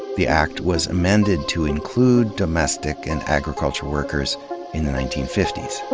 the act was amended to include domestic and agricultural workers in the nineteen fifty s.